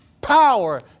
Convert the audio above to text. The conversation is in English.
power